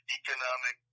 economic